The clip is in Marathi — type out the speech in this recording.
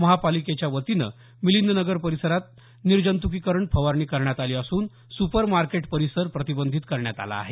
महानगरपालिकेच्या वतीनं मिलिंदनगर परिसरात निजँतुकीकरण फवारणी करण्यात आली असून सुपरमार्केट पारिसर प्रतिबंधित करण्यात आला आहे